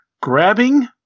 grabbing